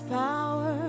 power